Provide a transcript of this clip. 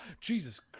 jesus